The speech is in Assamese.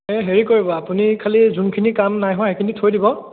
এই হেৰি কৰিব আপুনি খালি যোনখিনি কাম নাই হোৱা সেইখিনি থৈ দিব